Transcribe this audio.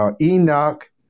Enoch